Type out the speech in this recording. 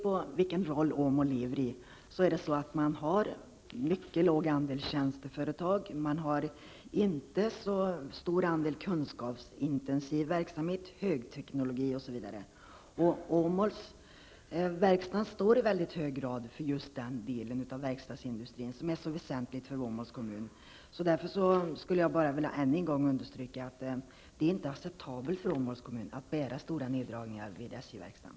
Åmål har en mycket liten andel tjänsteföretag och inte så stor andel kunskapsintensiv verksamhet, högteknologi, osv. Åmålsverkstaden står i mycket hög grad för just den delen av verkstadsindustrin, som är så väsentlig för Åmåls kommun. Därför skulle jag bara än en gång vilja understryka att det inte är acceptabelt för Åmåls kommun att bära stora neddragningar vid SJ-verkstaden.